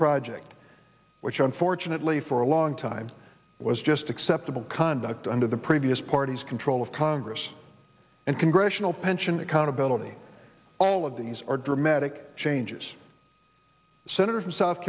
project which unfortunately for a long time was just acceptable conduct under the previous party's control of congress and congressional pension accountability all of these are dramatic changes senator from south